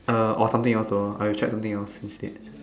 Erm or something else lor I check something else instead